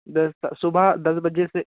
दस सुबह दस बजे से